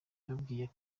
yababwiye